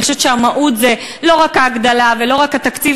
אני חושבת שהמהות היא לא רק ההגדלה ולא רק התקציב,